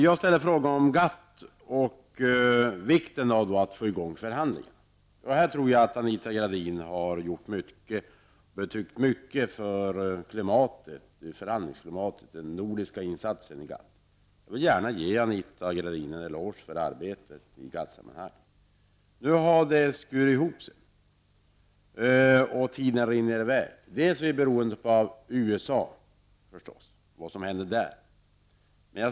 Jag ställde en fråga om GATT och vikten av att få igång förhandlingarna. Jag tror att Anita Gradin har betytt mycket för förhandlingsklimatet och den nordiska insatsen inom GATT. Jag vill gärna ge Anita Gradin en eloge för hennes arbete i GATT sammanhang. Nu har det hela skurit ihop, och tiden rinner iväg. Vi är förstås beroende av USA och vad som händer där.